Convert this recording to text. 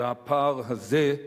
והפער הזה,